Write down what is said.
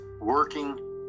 working